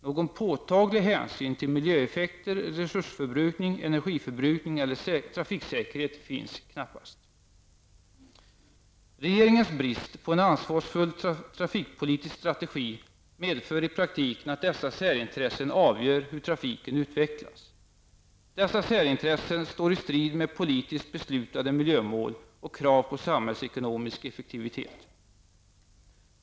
Någon påtaglig hänsyn till miljöeffekter, resursförbrukning, energiförbrukning eller trafiksäkerhet finns knappast. Regeringens brist på en ansvarsfull trafikpolitisk strategi medför i praktiken att dessa särintressen avgör hur trafiken utvecklas. Dessa särintressen står i strid med politiskt beslutade miljömål och krav på samhällsekonomisk effektivitet.